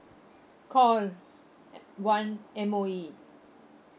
call on one M_O_E